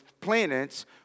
planets